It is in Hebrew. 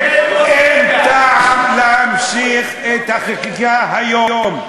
אין טעם להמשיך את החקיקה היום.